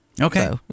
Okay